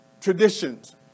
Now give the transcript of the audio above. traditions